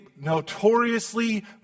notoriously